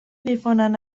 difonen